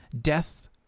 death